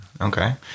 okay